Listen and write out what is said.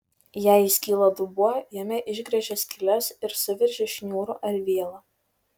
jei įskyla dubuo jame išgręžia skyles ir suveržia šniūru ar viela